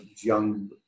young